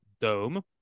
dome